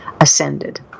ascended